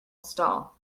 stall